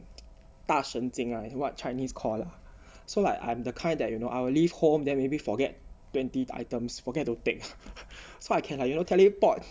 大神经 ah what chinese call lah so like I'm the kind that you know I will leave home then maybe forget twenty items forget to take so I can like you know teleport